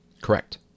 Correct